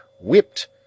whipped